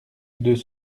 deux